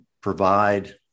provide